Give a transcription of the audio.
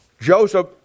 Joseph